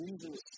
Jesus